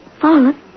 fallen